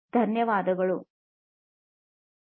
ಇದರೊಂದಿಗೆ ನಾವು ಇಲ್ಲಿ ನಿಲ್ಲಿಸುತ್ತೇವೆ